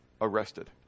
Arrested